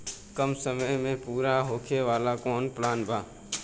कम समय में पूरा होखे वाला कवन प्लान बा?